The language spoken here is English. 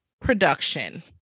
production